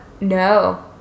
no